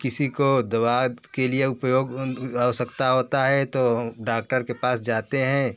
किसी को दवा के लिए उपयोग आवश्यकता होती है तो डाक्टर के पास जाते हैं